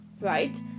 right